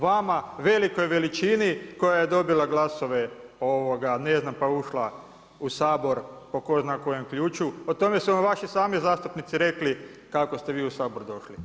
Vama velikoj veličini koja je dobila glasove ne znam pa je ušla u Sabor po tko zna kojem ključu, o tome su vam vaši sami zastupnici rekli kako ste vi u Sabor došli.